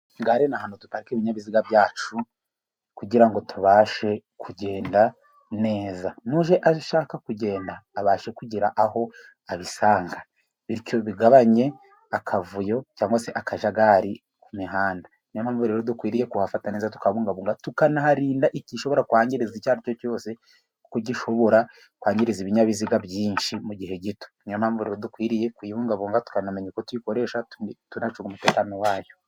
gare ni ahantu duparika ibinyabiziga byacu kugirango tubashe kugenda neza, nuje aje ashaka kugenda abashe kugira aho abisanga bityo bigabanye akavuyo cyangwa se akajagari k'imihanda. Niyo mpamvu rero dukwiriye kuhafata neza tukanarinda igishobora kwangiriza icyo ari cyo cyose gishobora kwangiriza ibinyabiziga byinshi mu gihe gito. Niyo mpamvu dukwiriye kubungabunga tukanamenya uko tuyikoresha tukanacunga umutekano wayo.